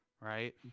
right